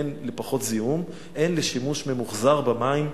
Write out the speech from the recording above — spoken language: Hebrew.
הן פחות זיהום והן שימוש ממוחזר במים.